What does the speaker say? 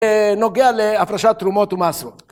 בנוגע להפרשת תרומות ומעשרות